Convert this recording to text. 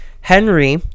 Henry